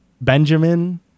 Benjamin